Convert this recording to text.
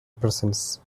presence